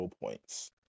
points